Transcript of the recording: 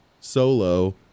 solo